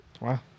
Wow